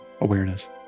awareness